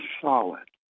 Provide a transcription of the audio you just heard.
solid